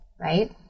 right